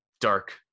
dark